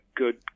good